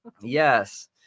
yes